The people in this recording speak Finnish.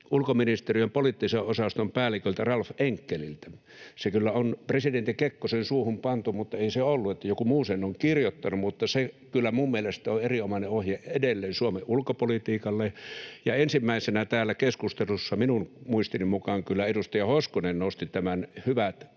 ulkoministeriön poliittisen osaston päälliköltä Ralph Enckelliltä. Se kyllä on presidentti Kekkosen suuhun pantu, mutta ei se ollut häneltä, joku muu sen on kirjoittanut, mutta se kyllä minun mielestäni on erinomainen ohje edelleen Suomen ulkopolitiikalle. Ensimmäisenä täällä keskustelussa minun muistini mukaan kyllä edustaja Hoskonen nosti nämä hyvät